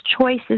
choices